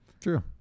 True